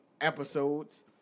episodes